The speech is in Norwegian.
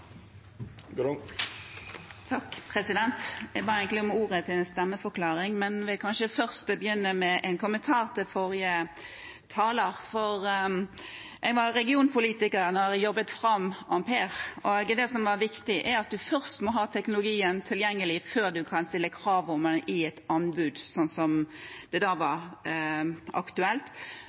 Jeg ba egentlig om ordet til en stemmeforklaring, men vil først begynne med en kommentar til forrige taler. Jeg var regionpolitiker da jeg jobbet fram Ampere. Det som er viktig, er at man må ha teknologien tilgjengelig før man kan stille krav om den i et anbud, slik det var aktuelt